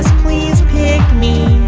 please pick me.